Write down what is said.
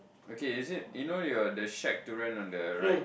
okay is it you know your the shack to rent on the right